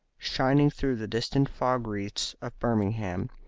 shining through the distant fog-wreaths of birmingham,